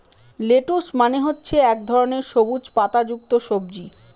lettuce মানে হচ্ছে এক ধরনের সবুজ পাতা যুক্ত সবজি